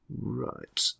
Right